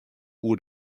oer